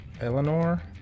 Eleanor